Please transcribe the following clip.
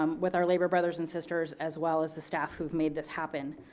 um with our labor brothers and sisters, as well as the staff who have made this happen.